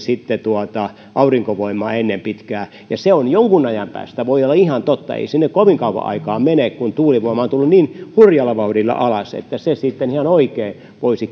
aurinkovoimaa ennen pitkää jonkun ajan päästä se voi olla ihan totta ei siihen kovin kauan aikaa mene kun tuulivoima on tullut niin hurjalla vauhdilla alas että se sitten ihan oikeasti voisi